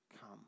come